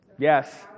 yes